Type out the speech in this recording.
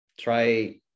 try